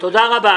תודה רבה.